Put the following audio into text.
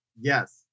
Yes